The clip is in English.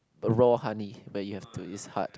raw honey but you have to use hard